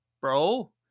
bro